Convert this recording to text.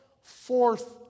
Fourth